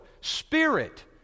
spirit